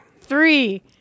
Three